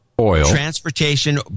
transportation